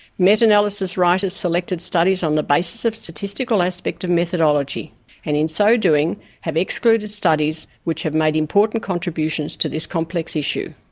met-analysis writers selected studies on the basis of statistical aspects of methodology and in so doing have excluded studies which have made important contributions to this complex issue.